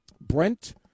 Brent